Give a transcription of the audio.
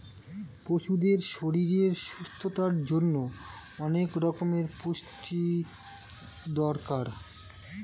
পশুদের শরীরের সুস্থতার জন্যে অনেক রকমের পুষ্টির দরকার